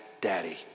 Daddy